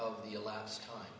of the last time